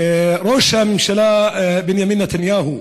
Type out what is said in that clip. ראש הממשלה בנימין נתניהו